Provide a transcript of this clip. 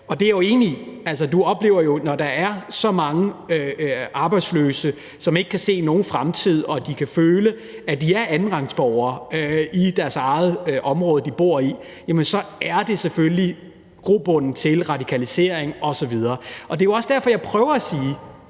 Det er jeg jo enig i. Altså, du oplever, at det selvfølgelig, når der er så mange arbejdsløse, som ikke kan se nogen fremtid, og som kan føle, at de er andenrangsborgere i deres eget område – det område, de bor i – er grobund for radikalisering osv. Det er også derfor, jeg prøver at sige